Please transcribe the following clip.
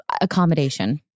Accommodation